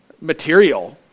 material